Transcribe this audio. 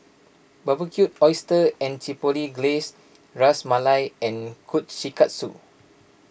Barbecued Oysters with Chipotle Glaze Ras Malai and Kushikatsu